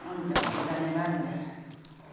हुन्छ हुन्छ धन्यवाद भाइ